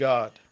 God